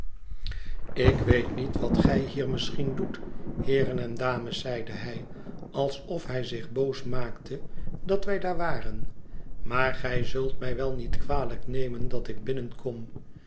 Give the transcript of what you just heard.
ik weet niet wat gij hier misschien doet heeren en dames zeide hij alsof hij zich boos maakte dat wij daar waren maar gij zult mij wel niet kwalijk nemen dat ik binnenkom